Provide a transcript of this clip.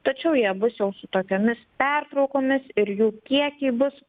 tačiau jie bus jau su tokiomis pertraukomis ir jų kiekiai bus